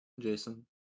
Jason